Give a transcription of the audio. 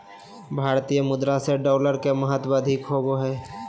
भारतीय मुद्रा से डॉलर के महत्व अधिक होबो हइ